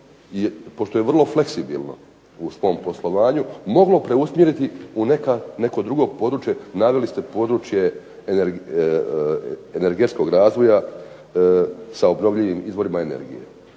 pošto je vrlo fleksibilno u svom poslovanju moglo usmjeriti u neko drugo područje, naveli ste područje energetskog razvoja sa obnovljivim izvorima energije.